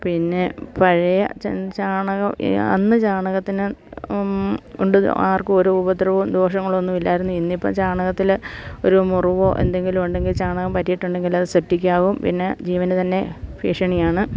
പിന്നെ പഴയ ചാണകം അന്ന് ചാണകത്തിന് ഉണ്ട് ആർക്കും ഓരോ ഉപദ്രവവും ദോഷങ്ങളോന്നും ഇല്ലായിരുന്നു ഇന്നിപ്പം ചാണകത്തില് ഒരു മുറിവോ എന്തെങ്കിലും ഉണ്ടെങ്കിൽ ചാണകം പറ്റിയിട്ടുണ്ടെങ്കിൽ അത് സെപ്റ്റിക്കാവും പിന്നെ ജീവന് തന്നെ ഭീഷണിയാണ്